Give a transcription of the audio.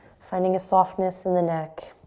finding a softness in the neck,